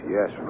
Yes